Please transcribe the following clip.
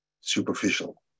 superficial